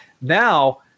now